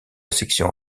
section